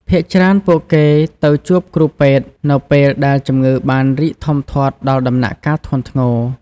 ភាគច្រើនពួកគេទៅជួបគ្រូពេទ្យនៅពេលដែលជំងឺបានរីកធំធាត់ដល់ដំណាក់កាលធ្ងន់ធ្ងរ។